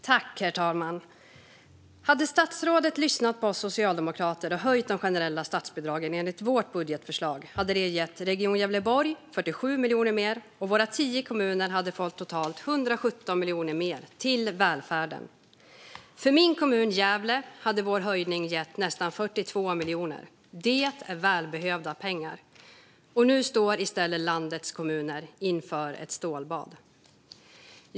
Herr talman! Om statsrådet hade lyssnat på oss socialdemokrater och höjt de generella statsbidragen enligt vårt budgetförslag hade det gett Region Gävleborg 47 miljoner mer, och våra tio kommuner hade fått totalt 117 miljoner mer till välfärden. För min kommun Gävle hade vår höjning gett nästan 42 miljoner. Det är välbehövliga pengar. Nu står landets kommuner i stället inför ett stålbad.